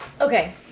Okay